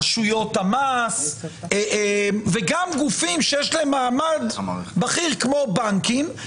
רשויות המס וגם גופים שיש להם מעמד בכיר דוגמת הבנקים.